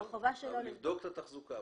לבדוק את התחזוקה.